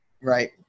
Right